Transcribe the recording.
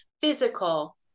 physical